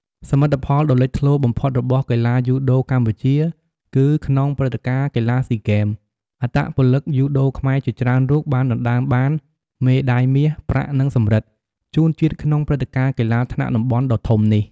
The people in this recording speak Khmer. សមិទ្ធផលដ៏លេចធ្លោបំផុតរបស់កីឡាយូដូកម្ពុជាគឺក្នុងព្រឹត្តិការណ៍កីឡាស៊ីហ្គេម អត្តពលិកយូដូខ្មែរជាច្រើនរូបបានដណ្តើមបាន មេដាយមាស ប្រាក់ និងសំរឹទ្ធ ជូនជាតិក្នុងព្រឹត្តិការណ៍កីឡាថ្នាក់តំបន់ដ៏ធំនេះ ។